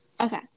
okay